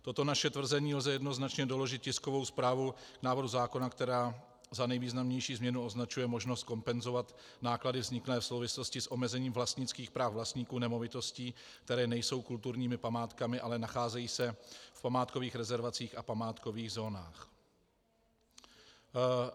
Toto naše tvrzení lze jednoznačně doložit tiskovou zprávou návrhu zákona, která za nejvýznamnější změnu označuje možnost kompenzovat náklady vzniklé v souvislosti s omezením vlastnických práv vlastníků nemovitostí, které nejsou kulturními památkami, ale nacházejí se v památkových rezervacích a v památkových zónách.